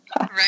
Right